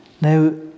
now